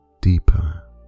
deeper